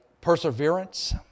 perseverance